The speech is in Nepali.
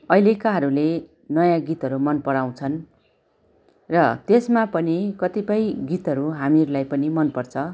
अहिलेकाहरूले नयाँ गीतहरू मनपराउँछन् र त्यसमा पनि कतिपय गीतहरू हामीहरूलाई पनि मनपर्छ